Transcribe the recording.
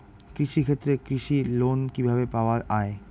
কৃষি ক্ষেত্রে কৃষি লোন কিভাবে পাওয়া য়ায়?